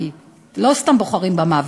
כי לא סתם בוחרים במוות,